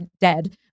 dead